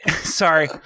sorry